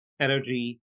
Energy